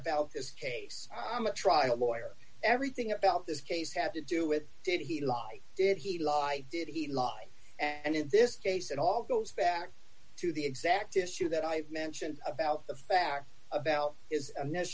about this case i'm a trial lawyer everything about this case have to do with did he lie did he lie did he lie and in this case it all goes back to the exact issue that i've mentioned about the fact about is